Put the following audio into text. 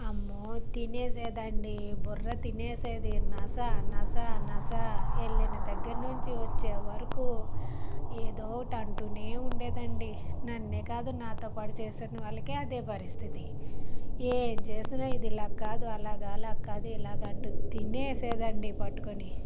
అమ్మో తినేసేది అండి బుర్ర తినేసేది నసా నసా నసా వెళ్ళిన దగ్గరి నుంచి వచ్చేవరకు ఏదో ఒకటి అంటూనే ఉండేది అండి నన్నే కాదు నాతోపాటు చేసిన వాళ్ళకి అదే పరిస్థితి ఏం చేసినా ఇది ఇలా కాదు అలాగ అలా కాదు ఇలాగ అంటూ తినేసేది అండి పట్టుకొని